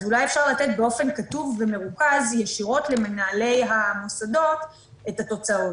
אז אולי אפשר לתת באופן כתוב ומרוכז ישירות למנהלי המוסדות את התוצאות?